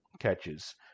catches